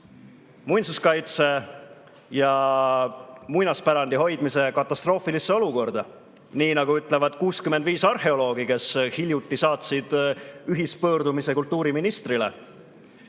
muinsuskaitse ja muinaspärandi hoidmise katastroofilisse olukorda, nagu ütlevad 65 arheoloogi, kes hiljuti saatsid ühispöördumise kultuuriministrile.